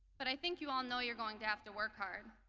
but i think you all know you're going to have to work hard.